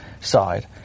side